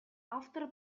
автор